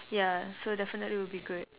ya so definitely will be good